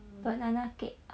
banana cake